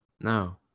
No